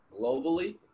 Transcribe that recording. globally